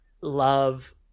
love